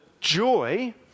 joy